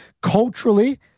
Culturally